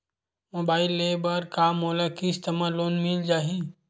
Mobile ले बर का मोला किस्त मा लोन मिल जाही?